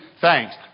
thanks